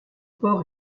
port